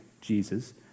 Jesus